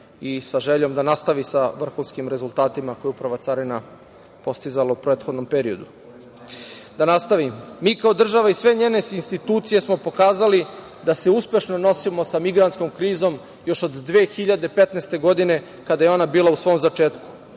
sa željom da nastavi sa vrhunskim rezultatima koje je Uprava carina postizala u prethodnom periodu. Da nastavim, mi kao država i sve njene institucije smo pokazali da se uspešno nosimo sa migrantskom krizom još od 2015. godine kada je ona bila u svom začetku.